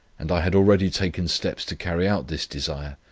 and i had already taken steps to carry out this desire,